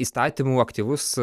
įstatymų aktyvus